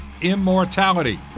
immortality